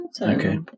Okay